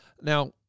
Now